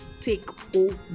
takeover